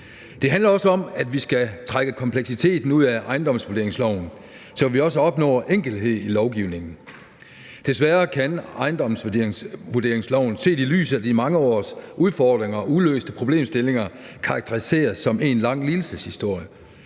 Det handler også om, at vi skal trække kompleksiteten ud af ejendomsvurderingsloven, så vi også opnår enkelhed i lovgivningen. Desværre kan ejendomsvurderingsloven set i lyset af de mange års udfordringer og uløste problemstillinger karakteriseres som en lang lidelseshistorie.